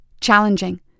challenging